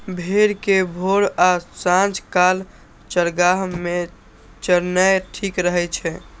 भेड़ कें भोर आ सांझ काल चारागाह मे चरेनाय ठीक रहै छै